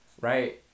Right